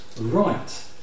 right